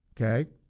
Okay